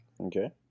Okay